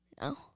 No